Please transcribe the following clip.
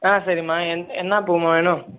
ஆ சரிம்மா என் என்ன பூம்மா வேணும்